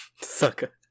sucker